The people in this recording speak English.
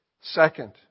Second